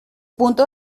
puntos